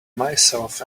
myself